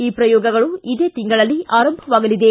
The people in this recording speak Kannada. ಈ ಪ್ರಯೋಗಗಳು ಇದೇ ತಿಂಗಳಲ್ಲಿ ಆರಂಭವಾಗಲಿವೆ